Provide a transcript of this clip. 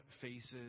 faces